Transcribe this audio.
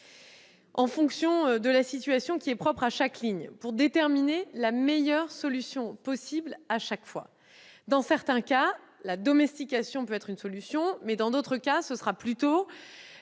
en fonction de la situation propre à chaque ligne, pour déterminer la meilleure solution possible. Dans certains cas, la domestication peut être une solution, mais dans d'autres, c'est plutôt